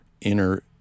inner